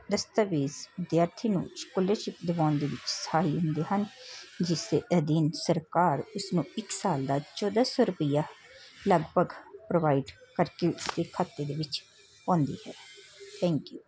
ਦਸਤਾਵੇਜ਼ ਵਿਦਿਆਰਥੀ ਨੂੰ ਸਕੋਲਰਸ਼ਿਪ ਦਿਵਾਉਣ ਦੇ ਵਿੱਚ ਸਹਾਈ ਹੁੰਦੇ ਹਨ ਜਿਸ ਦੇ ਅਧੀਨ ਸਰਕਾਰ ਇਸ ਨੂੰ ਇੱਕ ਸਾਲ ਦਾ ਚੌਦਾ ਸੌ ਰੁਪਈਆ ਲਗਭਗ ਪ੍ਰੋਵਾਈਡ ਕਰਕੇ ਉਸਦੇ ਖਾਤੇ ਦੇ ਵਿੱਚ ਪਾਉਂਦੀ ਹੈ ਥੈਂਕ ਯੂ